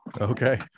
Okay